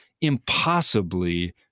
impossibly